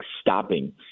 stopping